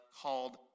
called